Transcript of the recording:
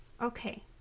Okay